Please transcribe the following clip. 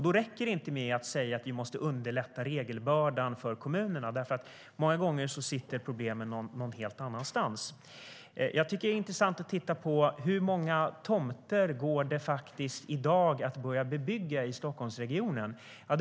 Då räcker det inte att säga att vi måste lätta på regelbördan för kommunerna, för många gånger sitter problemen någon helt annanstans. Det är intressant att titta på hur många tomter det går att börja bebygga i Stockholmsregionen i dag.